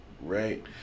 right